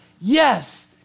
Yes